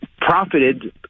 profited